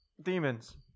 demons